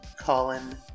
Colin